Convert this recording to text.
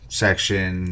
section